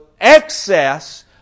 excess